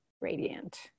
radiant